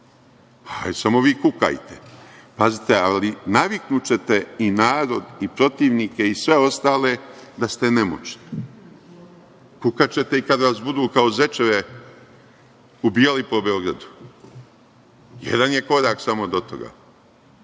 Samo vi kukajte. Pazite, ali naviknućete i narod i protivnike i sve ostale da ste nemoćni. Kukaćete i kada vas budu kao zečeve ubijali po Beogradu. Jedan je korak samo do toga.